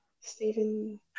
Stephen